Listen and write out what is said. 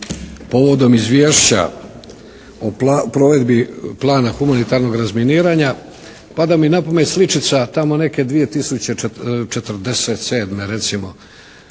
povodom izvješća o provedbi Plana humanitarnog razminiranja pada mi na pamet sličica tamo neke 2047. recimo